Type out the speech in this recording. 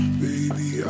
baby